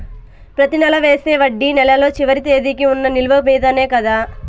ప్రతి నెల వేసే వడ్డీ నెలలో చివరి తేదీకి వున్న నిలువ మీదనే కదా?